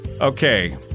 Okay